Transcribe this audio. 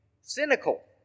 cynical